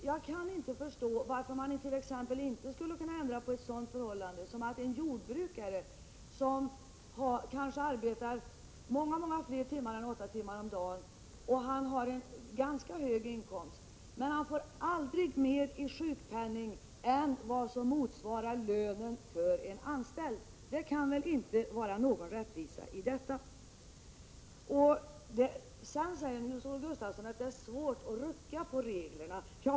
Jag kan inte förstå varför man t.ex. inte skulle kunna ändra på ett sådant förhållande som att en jordbrukare, som kanske arbetar mycket mer än åtta timmar om dagen och har en ganska stor inkomst, aldrig får mera i sjukpenning än vad som motsvarar lönen för en anställd. Detta kan väl inte vara rättvist? Nils-Olof Gustafsson säger att det är svårt att rucka på reglerna.